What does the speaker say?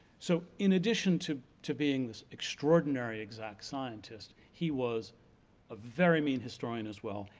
so, in addition to to being this extraordinary exact scientist, he was a very mean historian as well,